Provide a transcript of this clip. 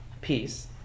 peace